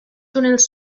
túnels